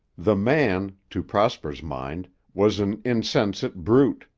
the man, to prosper's mind, was an insensate brute,